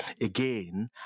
again